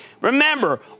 remember